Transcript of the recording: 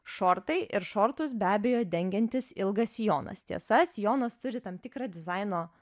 šortai ir šortus be abejo dengiantis ilgas sijonas tiesas sijonas turi tam tikrą dizaino